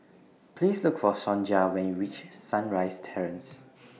Please Look For Sonja when YOU REACH Sunrise Terrace